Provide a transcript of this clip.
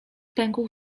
pękł